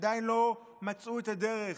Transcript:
עדיין לא מצאו את הדרך.